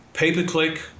Pay-per-click